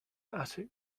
attic